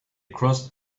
crossed